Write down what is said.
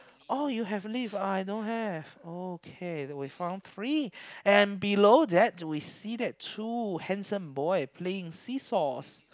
oh you have leaf I don't have okay we found three and below that we see that two handsome boy playing seesaws